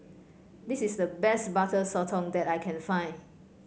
this is the best Butter Sotong that I can find